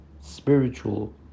spiritual